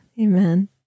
Amen